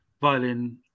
violin